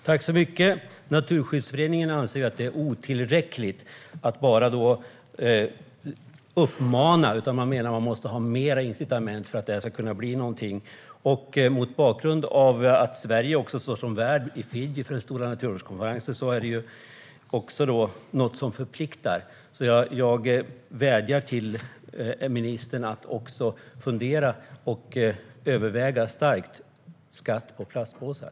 Herr talman! Naturskyddsföreningen anser att det är otillräckligt att bara uppmana till detta och menar att man måste ha mer incitament för att det ska kunna bli något. Att Sverige står som värd för den stora havskonferensen i Fiji förpliktar också. Jag vädjar därför till ministern att starkt överväga att införa skatt på plastpåsar.